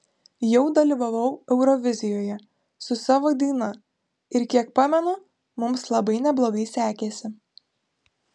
jau dalyvavau eurovizijoje su savo daina ir kiek pamenu mums labai neblogai sekėsi